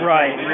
Right